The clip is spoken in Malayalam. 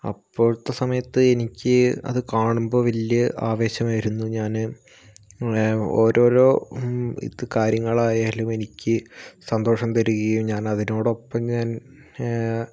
അപ്പോളത്തെ സമയത്തു എനിക്ക് അത് കാണുമ്പോൾ വലിയ ആവേശമായിരുന്നു ഞാന് ഒരോരോ ഇത് കാര്യങ്ങളായാലും എനിക്ക് സന്തോഷം തരികയും ഞാൻ അതിനോടൊപ്പം ഞാൻ